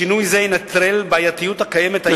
שינוי זה ינטרל בעייתיות הקיימת היום,